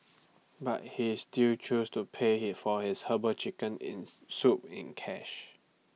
but he still chose to pay he for his Herbal Chicken Soup in cash